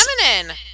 feminine